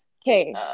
Okay